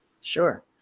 Sure